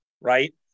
right